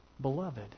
Beloved